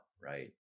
right